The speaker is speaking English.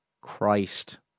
Christ